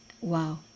Wow